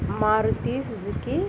Maruti Suzuki